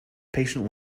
patient